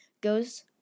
goes